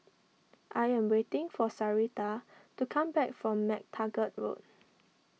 I am waiting for Sarita to come back from MacTaggart Road